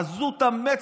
עזות המצח,